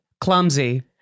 clumsy